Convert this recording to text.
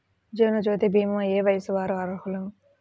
జీవనజ్యోతి భీమా ఏ వయస్సు వారు అర్హులు?